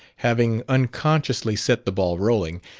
having unconsciously set the ball rolling,